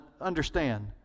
understand